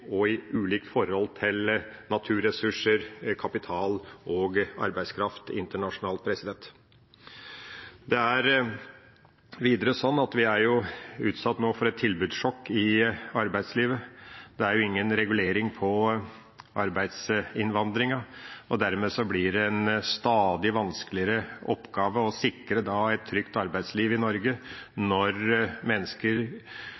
og i ulikt forhold til naturressurser, kapital og arbeidskraft internasjonalt. Det er videre sånn at vi er utsatt for et tilbudssjokk i arbeidslivet. Det er ingen regulering av arbeidsinnvandringa, og dermed blir det en stadig vanskeligere oppgave å sikre et trygt arbeidsliv i Norge når mennesker